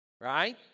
right